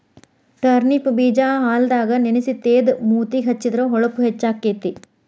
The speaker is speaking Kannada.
ಟರ್ನಿಪ್ ಬೇಜಾ ಹಾಲದಾಗ ನೆನಸಿ ತೇದ ಮೂತಿಗೆ ಹೆಚ್ಚಿದ್ರ ಹೊಳಪು ಹೆಚ್ಚಕೈತಿ